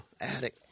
attic